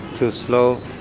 too slow,